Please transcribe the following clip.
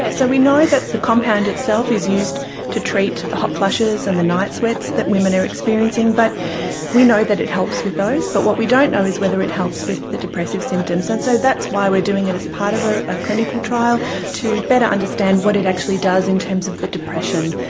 so we know that the compound itself is used to treat the hot flushes and the night sweats that women are experiencing, but we know that it helps with those. but what we don't know is whether it helps with the depressive symptoms. and so that's why we are doing it as part of a clinical trial to better understand what it actually does in terms of the depression.